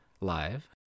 live